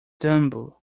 tambo